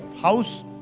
house